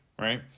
right